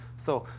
so,